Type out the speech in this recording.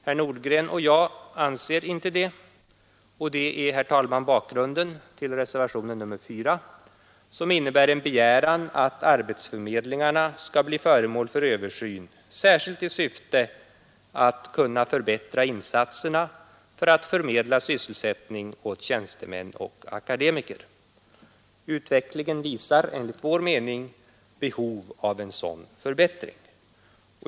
Herr Nordgren och jag anser inte det, och det är, herr talman, bakgrunden till reservationen 4, som innebär en begäran att arbetsförmedlingarna skall bli föremål för översyn, särskilt i syfte att kunna förbättra insatserna för att förmedla sysselsättning åt tjänstemän och akademiker. Utvecklingen visar enligt vår mening behov av en sådan förbättring.